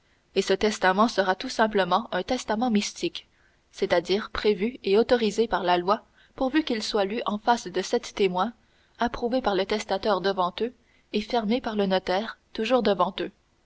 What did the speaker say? et ce testament sera tout simplement un testament mystique c'est-à-dire prévu et autorisé par la loi pourvu qu'il soit lu en face de sept témoins approuvé par le testateur devant eux et fermé par le notaire toujours devant eux